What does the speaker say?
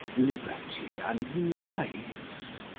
liberty, and lives.